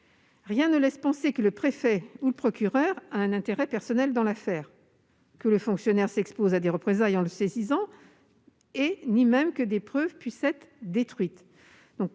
Rien ne laisse penser que le préfet ou le procureur a un intérêt personnel dans l'affaire, que le fonctionnaire s'expose à des représailles en le saisissant, ni même que des preuves puissent être détruites.